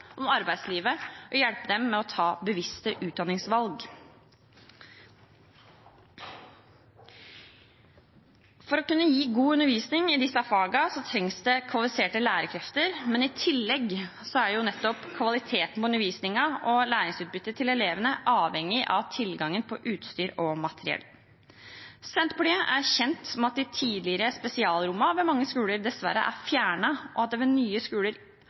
om arbeidslivet og hjelpe dem med å ta bevisste utdanningsvalg. For å kunne gi god undervisning i disse fagene trengs det kvalifiserte lærekrefter, men i tillegg er kvaliteten på undervisningen og elevenes læringsutbytte avhengig av tilgangen på utstyr og materiell. Senterpartiet er kjent med at de tidligere spesialrommene ved mange skoler dessverre er fjernet, og at det ved nye skoler